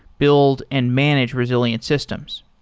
build and manage resilient systems.